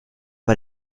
bei